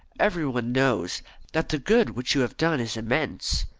everybody knows that the good which you have done is immense.